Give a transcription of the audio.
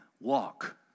walk